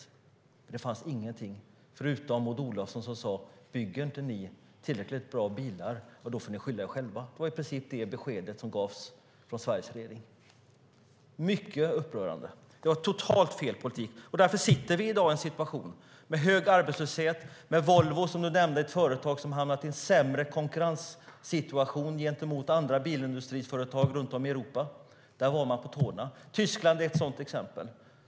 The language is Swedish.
I stället skedde ingenting, förutom att Maud Olofsson sade: Bygger ni inte tillräckligt bra bilar får ni skylla er själva. Det var i princip det beskedet som gavs från Sveriges regering, vilket är mycket upprörande. Det var totalt fel politik. Därför sitter vi i dag i en situation med hög arbetslöshet. Volvo har hamnat i en sämre konkurrenssituation gentemot andra bilindustriföretag runt om i Europa. Där var man på tårna. Tyskland är ett sådant exempel.